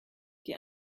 die